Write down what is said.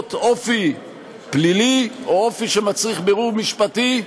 שנושאות אופי פלילי או אופי שמצריך בירור משפטי,